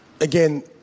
again